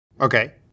Okay